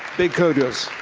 big kudos.